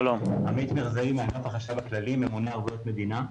עמית מרזאי, ממונה ערבויות מדינה באגף החשב הכללי.